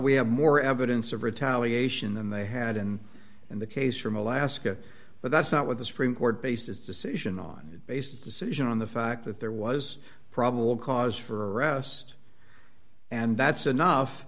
we have more evidence of retaliation than they had and in the case from alaska but that's not what the supreme court based its decision on based decision on the fact that there was probable cause for arrest and that's enough